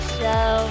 show